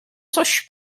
coś